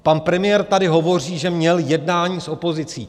Pan premiér tady hovoří, že měl jednání s opozicí.